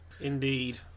Indeed